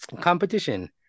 competition